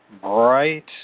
bright